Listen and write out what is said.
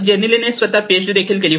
जेनिली ने स्वतः पीएचडी देखील केली